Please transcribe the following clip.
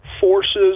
forces